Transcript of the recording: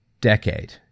decade